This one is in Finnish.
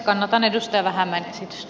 kannatan edustaja vähämäen esitystä